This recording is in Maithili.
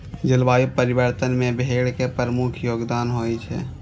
जलवायु परिवर्तन मे भेड़ के प्रमुख योगदान होइ छै